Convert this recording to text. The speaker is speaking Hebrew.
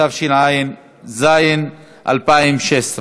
התשע"ז 2016,